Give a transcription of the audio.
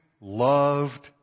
loved